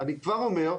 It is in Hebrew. אני כבר אומר,